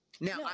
now